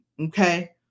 okay